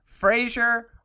Frasier